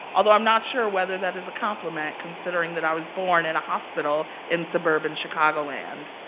although i'm not sure whether that is a compliment, considering that i was born in a hospital in suburban chicagoland.